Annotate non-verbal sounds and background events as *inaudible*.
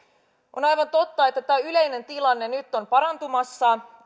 on aivan totta että tämä yleinen tilanne nyt on parantumassa *unintelligible*